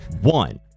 one